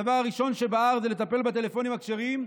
הדבר הראשון שבער זה לטפל בטלפונים הכשרים,